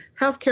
healthcare